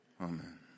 Amen